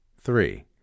Three